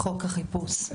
חוק החיפוש.